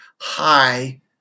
high